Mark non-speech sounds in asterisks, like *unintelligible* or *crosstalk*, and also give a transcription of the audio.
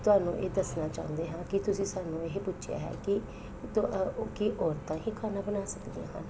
ਤੁਹਾਨੂੰ ਇਹ ਦੱਸਣਾ ਚਾਹੁੰਦੇ ਹਾਂ ਕਿ ਤੁਸੀਂ ਸਾਨੂੰ ਇਹ ਪੁੱਛਿਆ ਹੈ ਕਿ *unintelligible* ਕੀ ਔਰਤਾਂ ਹੀ ਖਾਣਾ ਬਣਾ ਸਕਦੀਆਂ ਹਨ